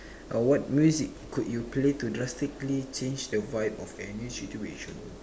uh what music could you play to drastically change the vibe of any situation